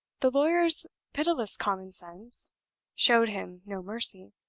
the lawyer's pitiless common sense showed him no mercy.